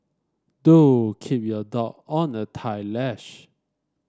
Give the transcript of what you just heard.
do keep your dog on a tight leash